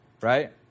right